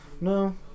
No